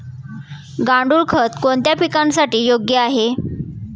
गांडूळ खत कोणत्या पिकासाठी योग्य आहे?